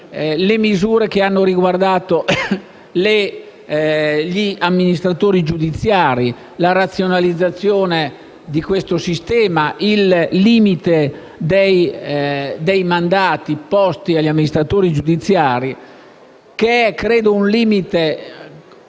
le misure che hanno riguardato gli amministratori giudiziari, la razionalizzazione del sistema, il limite dei mandati posti agli amministratori giudiziari, che ritengo sia un limite